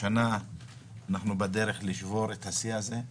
השנה אנחנו בדרך לשבור את השיא הזה.